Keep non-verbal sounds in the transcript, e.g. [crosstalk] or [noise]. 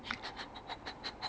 [laughs]